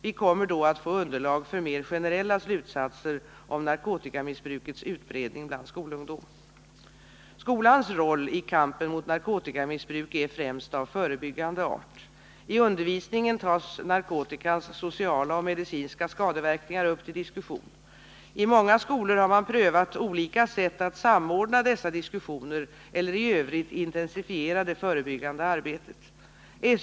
Vi kommer då att få underlag för mer generella slutsatser om narkotikamissbrukets utbredning bland skolungdom. Skolans roll i kampen mot narkotikamissbruk är främst av förebyggande art. I undervisningen tas narkotikans sociala och medicinska skadeverkningar upp till diskussion. I många skolor har man prövat olika sätt att samordna dessa diskussioner eller i övrigt intensifiera det förebyggande arbetet.